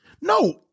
No